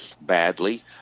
badly